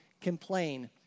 complain